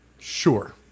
Sure